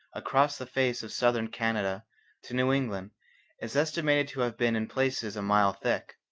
across the face of southern canada to new england is estimated to have been in places a mile thick.